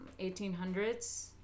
1800s